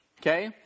Okay